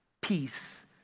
peace